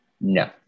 No